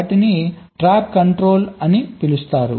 వాటిని tap controller అని పిలుస్తారు